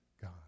God